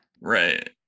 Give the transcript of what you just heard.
Right